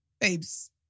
Babes